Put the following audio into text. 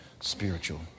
spiritual